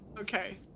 okay